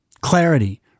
clarity